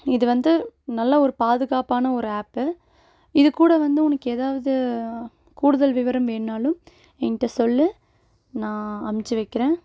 இது வந்து நல்ல ஒரு பாதுகாப்பான ஒரு ஆப்பு இது கூட வந்து உனக்கு ஏதாவது கூடுதல் விவரம் வேணுன்னாலும் என்கிட்ட சொல் நான் அமுச்சு வைக்கிறேன்